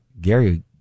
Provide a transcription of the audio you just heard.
gary